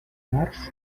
març